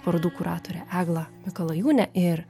parodų kuratore egla mikalajūne ir